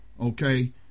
okay